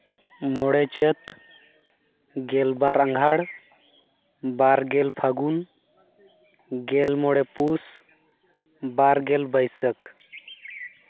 ᱢᱚᱬᱮ ᱪᱟᱹᱛ ᱜᱮᱞᱵᱟᱨ ᱟᱸᱜᱷᱟᱬ ᱵᱟᱨᱜᱮᱞ ᱯᱷᱟᱹᱜᱩᱱ ᱜᱮᱞᱢᱚᱬᱮ ᱯᱩᱥ ᱵᱟᱨᱜᱮᱞ ᱵᱟᱹᱭᱥᱟᱹᱠ